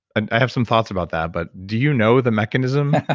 and i have some thoughts about that, but do you know the mechanism?